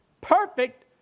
perfect